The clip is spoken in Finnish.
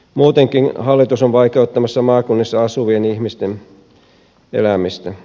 muutenkin hallitus on vaikeuttamassa maakunnissa asuvien ihmisten elämistä